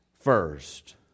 first